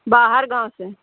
बाहर गाँव से